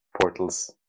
portals